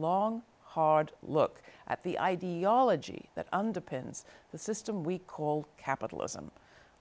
long hard look at the ideology that underpins the system we call capitalism